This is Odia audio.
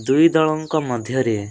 ଦୁଇ ଦଳଙ୍କ ମଧ୍ୟରେ